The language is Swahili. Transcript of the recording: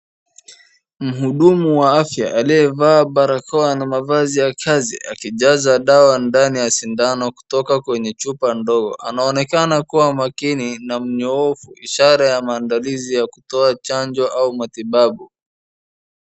Mhudumu wa afya aliyevaa barakoa na mavazi ya kazi akijaza dawa ndani ya sindano kutoka kwenye chupa ndogo, anaonekana kuwa makini na mnyoofu ishara ya maandalizi ya kutoa chanjo ama matibabu.